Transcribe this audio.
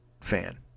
fan